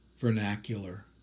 vernacular